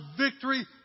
victory